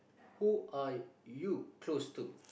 who are you close to